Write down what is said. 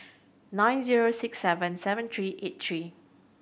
nine zero six seven seven three eight three